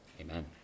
Amen